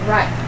Right